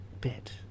bit